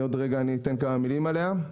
ועוד רגע אתן כמה מילים עליה.